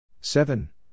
seven